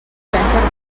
pensen